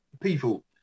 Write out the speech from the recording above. people